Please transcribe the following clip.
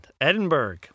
Edinburgh